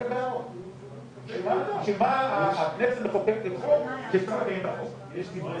די ברור שאף אחד לא רוצה לגרום נזק לשני,